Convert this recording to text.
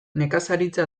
nekazaritza